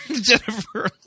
Jennifer